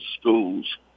schools